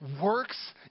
works